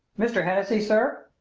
mr. hennessey, sir,